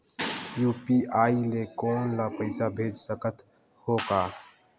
UPI ले कोनो ला पइसा भेज सकत हों का?